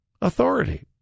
authority